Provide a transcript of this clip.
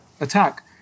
attack